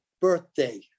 birthday